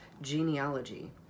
genealogy